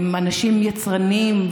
הם אנשים יצרנים,